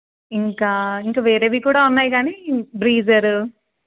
ఇంకా ఇంకా వేరేవి కూడా ఉన్నాయి కానీ బ్రీజర్